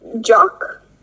Jock